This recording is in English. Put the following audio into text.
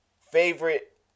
favorite